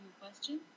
question